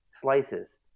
slices